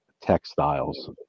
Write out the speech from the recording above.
textiles